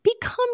become